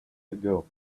ago